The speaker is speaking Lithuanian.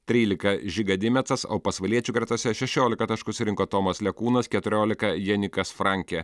trylika žiga dimecas o pasvaliečių gretose šešiolika taškų surinko tomas lekūnas keturiolika jenikas frankė